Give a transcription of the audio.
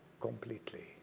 completely